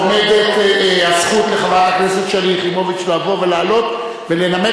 עומדת הזכות לחברת הכנסת שלי יחימוביץ לבוא ולעלות ולנמק